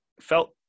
felt